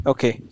Okay